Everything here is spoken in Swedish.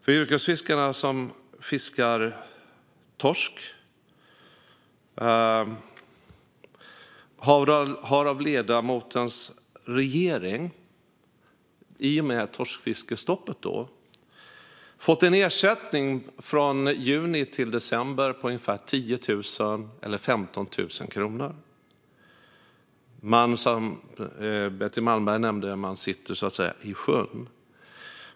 De yrkesfiskare som fiskar torsk har av ledamotens regering, i och med torskfiskestoppet, fått en ersättning från juli till december på ungefär 10 000 eller 15 000 kronor. Som Betty Malmberg nämnde sitter de så att säga i sjön.